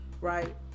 right